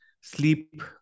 sleep